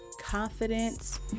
confidence